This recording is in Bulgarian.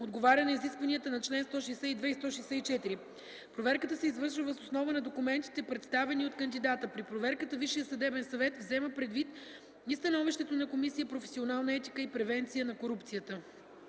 отговаря на изискванията на чл. 162 и 164. Проверката се извършва въз основа на документите, представени от кандидата. При проверката Висшият съдебен съвет взема предвид и становището на Комисия „Професионална етика и превенция на корупцията”.